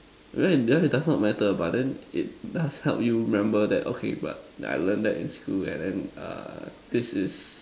right then it does not matter but then it does help you remember that okay but I learnt that in school and then uh this is